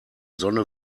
sonne